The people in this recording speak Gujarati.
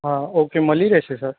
હા ઓકે મળી રહેશે સર